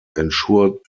ensured